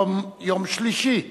היום יום שלישי,